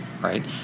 right